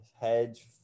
Hedge